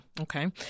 Okay